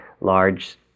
large